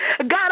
God